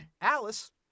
Alice